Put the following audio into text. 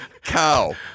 Cow